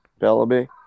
Bellamy